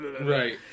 Right